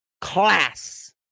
class